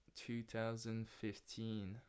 2015